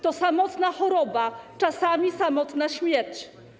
To samotna choroba, czasami samotna śmierć.